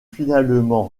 finalement